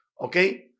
okay